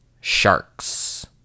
sharks